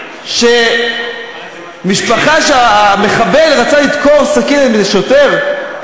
של המחבל שרצה לדקור שוטר בסכין?